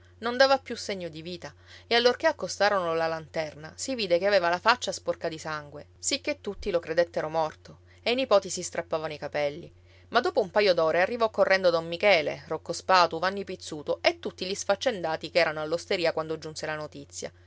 non dava più segno di vita e allorché accostarono la lanterna si vide che aveva la faccia sporca di sangue sicché tutti lo credettero morto e i nipoti si strappavano i capelli ma dopo un paio d'ore arrivò correndo don michele rocco spatu vanni pizzuto e tutti gli sfaccendati che erano all'osteria quando giunse la notizia